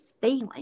feeling